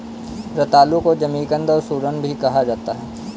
रतालू को जमीकंद और सूरन भी कहा जाता है